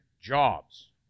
jobs